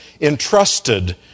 entrusted